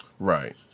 Right